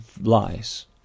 lies